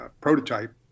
prototype